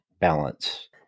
balance